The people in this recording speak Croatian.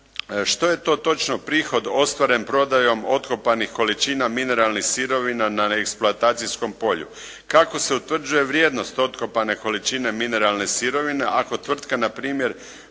što je to točno prihod ostvaren prodajom otkopanih količina mineralnih sirovina na neeksploatacijskom polju, kako se utvrđuje vrijednost otkopane količine mineralne sirovine ako tvrtka na primjer